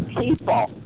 people